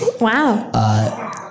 Wow